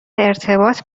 ارتباط